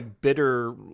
bitter